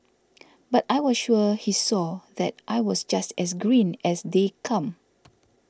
but I was sure he saw that I was just as green as they come